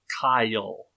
Kyle